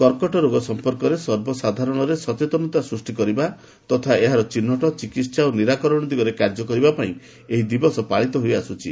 କର୍କଟ ରୋଗ ସମ୍ପର୍କରେ ସର୍ବସାଧାରଣରେ ସଚେତନତା ସୃଷ୍ଟି କରିବା ତଥା ଏହା ଚିହ୍ନଟ ଚିକିତ୍ସା ଓ ନିରାକରଣ ଦିଗରେ କାର୍ଯ୍ୟ କରିବା ପାଇଁ ଦିବସ ପାଳିତ ହୋଇଆସୁଛି